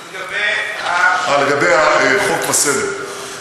לגבי, אה, לגבי החוק והסדר.